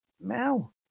Mel